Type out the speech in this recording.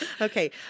Okay